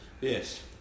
yes